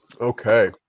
Okay